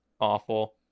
awful